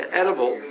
edible